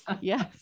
Yes